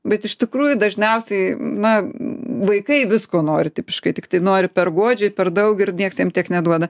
bet iš tikrųjų dažniausiai na vaikai visko nori tipiškai tiktai nori per godžiai per daug ir nieks jiems tiek neduoda